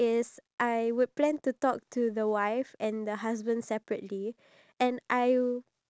because I feel like once you marry you don't really go on dates which is so sad